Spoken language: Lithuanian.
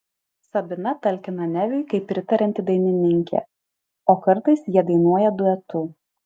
sabina talkina neviui kaip pritarianti dainininkė o kartais jie dainuoja duetu